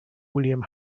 william